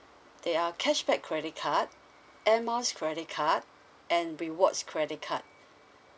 they are cashback credit card Air Miles credit card and rewards credit card